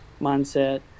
mindset